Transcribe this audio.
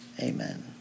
Amen